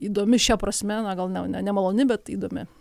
įdomi šia prasme na gal ne nemaloni bet įdomi